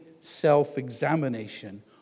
self-examination